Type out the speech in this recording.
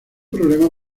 problema